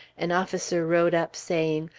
an officer rode up saying,